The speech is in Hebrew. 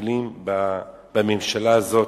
מובילים בממשלה הזאת,